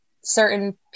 certain